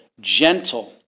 gentle